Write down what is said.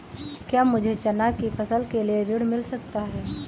क्या मुझे चना की फसल के लिए ऋण मिल सकता है?